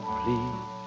please